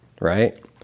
right